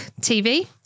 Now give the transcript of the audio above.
TV